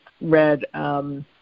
read